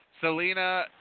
Selena